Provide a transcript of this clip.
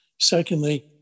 Secondly